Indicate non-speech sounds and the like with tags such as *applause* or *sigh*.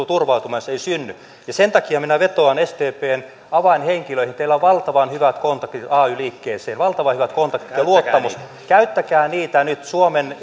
*unintelligible* turvautumaan jos se ei synny sen takia minä vetoan sdpn avainhenkilöihin teillä on valtavan hyvät kontaktit ay liikkeeseen ja luottamus käyttäkää niitä nyt suomen *unintelligible*